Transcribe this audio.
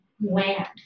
land